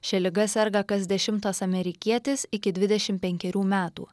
šia liga serga kas dešimtas amerikietis iki dvidešim penkerių metų